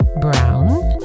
Brown